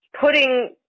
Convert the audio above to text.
putting